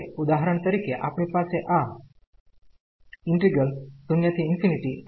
માટે ઉદાહરણ તરીકે આપણી પાસે આ 0fxdx છે